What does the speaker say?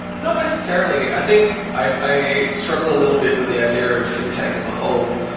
not necessarily. i think i struggle a little bit with the idea of fintech as a whole,